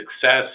success